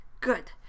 Good